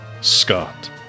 Scott